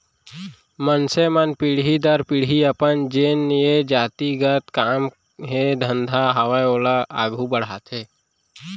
मनसे मन पीढ़ी दर पीढ़ी अपन जेन ये जाति गत काम हे धंधा हावय ओला आघू बड़हाथे